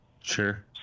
Sure